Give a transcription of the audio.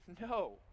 No